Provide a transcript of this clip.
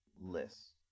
lists